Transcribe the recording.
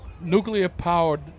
nuclear-powered